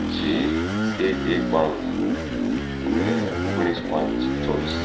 પછી એક એક બાણું અને ઓગણીસ પાંચ ચોવીસ